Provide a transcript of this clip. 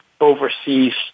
overseas